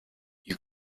you